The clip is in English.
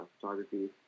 photography